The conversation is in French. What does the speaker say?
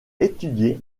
étudié